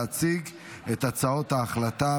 להציג את הצעות ההחלטה.